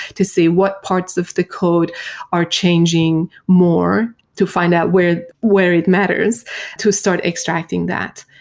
to see what parts of the code are changing more to find out where where it matters to start extracting that.